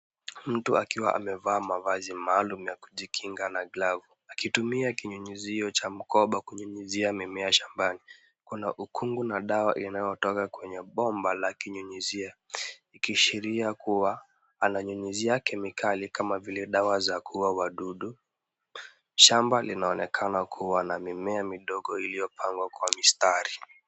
Mtu akiwa amevaa mavazi maalum ya kujikinga na glavu akitumia kinyunyuzio cha mkoba kunyunyuzia mimea shambani. Kuna ukungu na dawa inayotoka kwenye bomba la kinyunyuzia ikiashiria kuwa ananyunyuzia kemikali kama vile dawa za kuua wadudu. Shamba linaonekana kuwa na mimea midogo iliyopangwa kwa mistari.